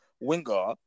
winger